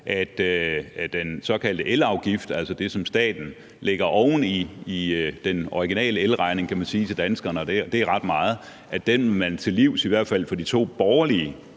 at den såkaldte elafgift, altså det, som staten lægger oven i den originale elregning – kan man sige – til danskerne, og det er ret meget, vil man livs, i hvert fald fra de to borgerlige